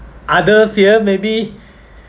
other fear maybe